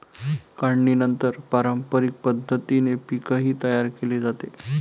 काढणीनंतर पारंपरिक पद्धतीने पीकही तयार केले जाते